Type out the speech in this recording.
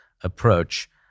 approach